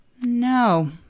No